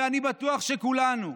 ואני בטוח שכולנו,